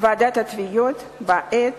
ועידת התביעות בעת